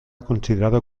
considerado